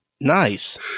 Nice